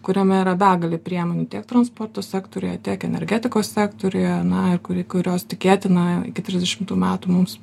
kuriame yra begalė priemonių tie transporto sektoriuje tiek energetikos sektoriuje na ir kuri kurios tikėtina iki trisdešimtų metų mums